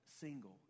single